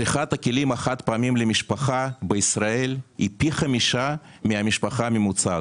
צריכת הכלים החד-פעמיים למשפחה בישראל היא פי חמישה ממשפחה ממוצעת.